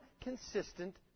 consistent